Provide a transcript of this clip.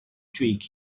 twig